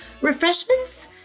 refreshments